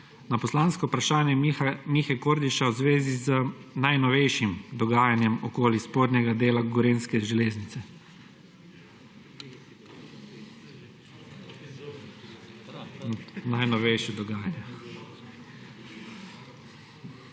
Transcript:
na poslansko vprašanje Mihe Kordiša v zvezi z najnovejšim dogajanjem okoli spodnjega dela gorenjske železnice. Glasujemo.